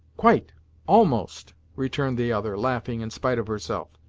quite almost, returned the other, laughing in spite of herself.